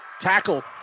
tackle